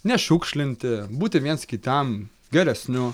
nešiukšlinti būti viens kitam geresniu